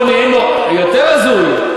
יותר הזוי.